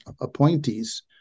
appointees